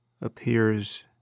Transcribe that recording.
appears